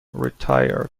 retired